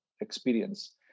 experience